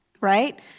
right